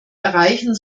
erreichen